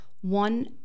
One